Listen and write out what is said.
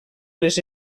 les